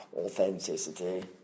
authenticity